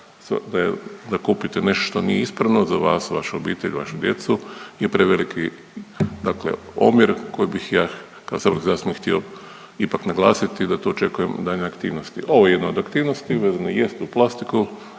da kupite nešto što nije ispravno za vas, vašu obitelj, vašu djecu je preveliki, dakle omjer koji bih ja kao saborski zastupnik htio ipak naglasiti da očekujem daljnje aktivnosti. Ovo je jedna od aktivnosti vezana jest uz plastiku,